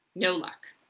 no luck.